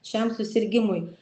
šiam susirgimui